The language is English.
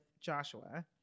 Joshua